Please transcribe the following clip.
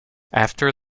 after